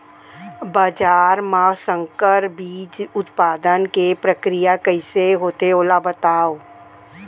बाजरा मा संकर बीज उत्पादन के प्रक्रिया कइसे होथे ओला बताव?